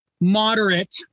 moderate